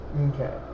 Okay